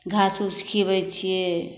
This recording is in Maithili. घास उस खिआबै छिए